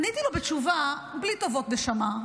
עניתי לו בתשובה: בלי טובות, נשמה.